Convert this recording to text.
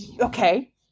okay